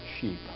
Sheep